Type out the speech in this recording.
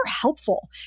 helpful